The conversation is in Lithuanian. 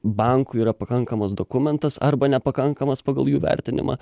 bankui yra pakankamas dokumentas arba nepakankamas pagal jų vertinimą